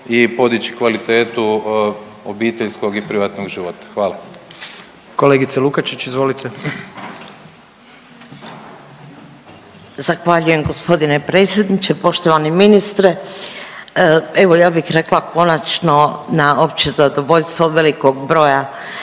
i podići kvalitetu obiteljskog i privatnog života. **Jandroković, Gordan (HDZ)** Kolegice Lukačić, izvolite. **Lukačić, Ljubica (HDZ)** Zahvaljujem gospodine predsjedniče. Poštovani ministre, evo ja bih rekla konačno na opće zadovoljstvo velikog broja